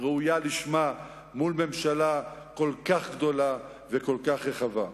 ראויה לשמה מול ממשלה כל כך גדולה וכל כך רחבה.